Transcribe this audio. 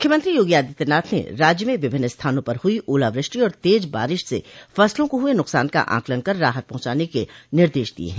मुख्यमंत्री योगी आदित्यनाथ ने राज्य में विभिन्न स्थानों पर हुई ओला वृष्टि और तेज बारिश से फसलों को हुए नुकसान का आंकलन कर राहत पहुंचाने के निर्देश दिये हैं